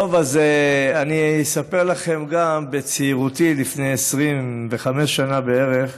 אני אספר לך שבצעירותי, לפני 25 שנה בערך,